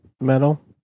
metal